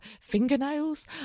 fingernails